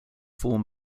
form